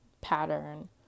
pattern